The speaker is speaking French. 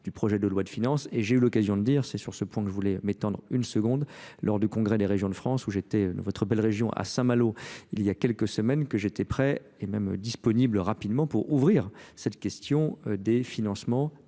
du projet de loi de finances et j'ai eu l'occasion de dire C'est sur ce point que je voulais m'étendre 1 s que je voulais m'étendre 1 s lors du congrès des régions France où j'étais dans votre belle région à Saint Malo, il y a quelques semaines que j'étais prêt et même disponible rapidement pour ouvrir cette question des financements